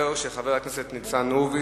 תודה רבה,